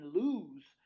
lose